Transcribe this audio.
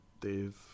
dave